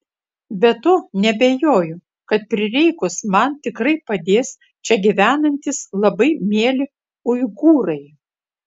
be to neabejoju kad prireikus man tikrai padės čia gyvenantys labai mieli uigūrai